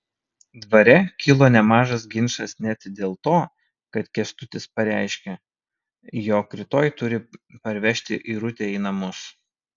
dvare kilo nemažas ginčas net dėl to kad kęstutis pareiškė jog rytoj turi parvežti irutę į namus